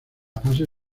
fase